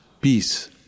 peace